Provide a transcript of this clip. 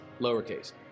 lowercase